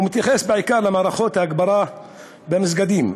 הוא מתייחס בעיקר למערכות ההגברה במסגדים.